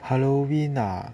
halloween ah